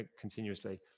continuously